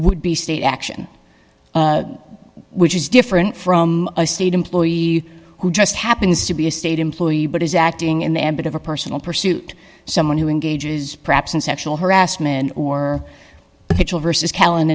would be state action which is different from a state employee who just happens to be a state employee but is acting in the ambit of a personal pursuit someone who engages perhaps in sexual harassment or versus cal